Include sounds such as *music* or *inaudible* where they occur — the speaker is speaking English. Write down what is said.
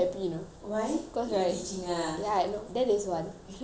ya I know that is one thing what happen *laughs* she